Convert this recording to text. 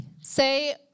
say